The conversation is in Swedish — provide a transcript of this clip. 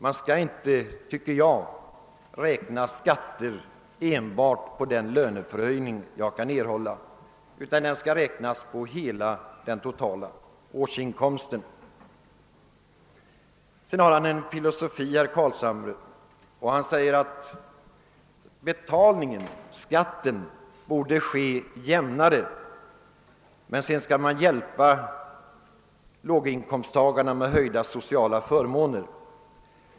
Jag tycker att man inte enbart bör räkna med skatten på löneförhöjningar utan bör räkna skatten på den totala årsinkomsten. Herr Carlshamre utvecklar en filosofi som går ut på att skatten bör göras jämnare och att man sedan skall hjälpa låginkomsttagarna genom förbättrade sociala förmåner.